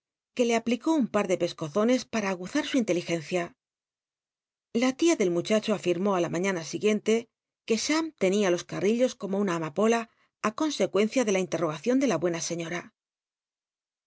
que le aplicó un p u de pescozones para aguzar su in teligencia la tia del lllll chacho afirmó la maiíana siguiente c ue cham tenia los carrillos como una amapola i consecuencia de la inlerroyncion de la buena señora lfi